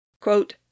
Quote